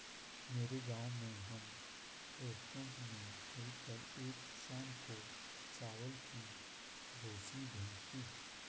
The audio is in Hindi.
मेरे गांव में हम दोस्तों ने मिलकर एक किसान को चावल की भूसी भेंट की